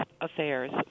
Affairs